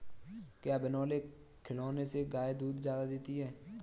क्या बिनोले खिलाने से गाय दूध ज्यादा देती है?